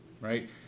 right